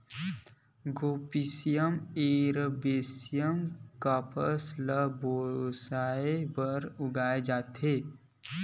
Gossypium arboreum कपसा ल बेवसाय बर उगाए जाथे